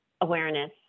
awareness